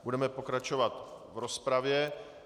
Budeme pokračovat v rozpravě.